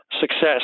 success